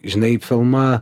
žinai filmą